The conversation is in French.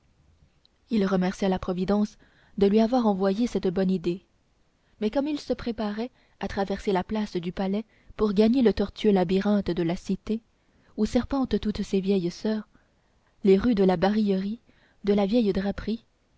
il remercia la providence de lui avoir envoyé cette bonne idée mais comme il se préparait à traverser la place du palais pour gagner le tortueux labyrinthe de la cité où serpentent toutes ces vieilles soeurs les rues de la barillerie de la